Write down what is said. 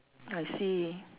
I see